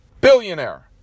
billionaire